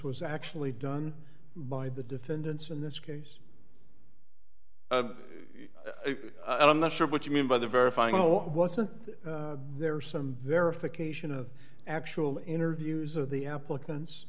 was actually done by the defendants in this case and i'm not sure what you mean by the verifying no wasn't there some verification of actual interviews of the applicants